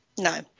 No